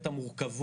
למה הוא לא קיים?